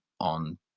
on